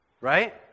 Right